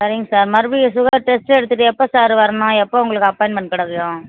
சரிங்க சார் மறுபடியும் sugar test எடுத்துகிட்டு எப்போ சார் வரணும் எப்போ உங்களுக்கு அப்பாய்ன்மெண்ட் கிடைக்கும்